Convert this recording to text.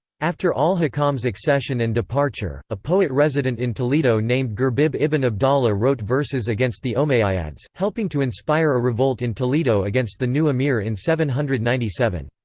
after al-hakam's accession and departure, a poet resident in toledo named girbib ibn-abdallah wrote verses against the omeyyads, helping to inspire a revolt in toledo against the new emir in seven hundred and ninety seven.